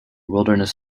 wilderness